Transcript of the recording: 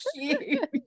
cute